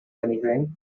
anything